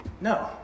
no